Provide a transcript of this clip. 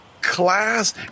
class